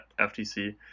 FTC